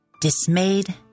dismayed